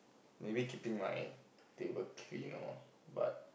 maybe keeping my table clean or what